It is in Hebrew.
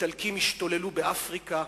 האיטלקים השתוללו באפריקה.